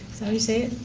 how you say it?